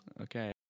Okay